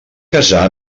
casar